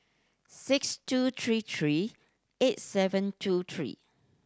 six two three three eight seven two three